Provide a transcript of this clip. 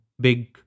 big